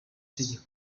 itegeko